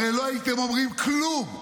הרי לא הייתם אומרים כלום,